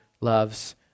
loves